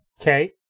Okay